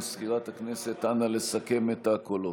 מזכירת הכנסת, נא לסכם את הקולות.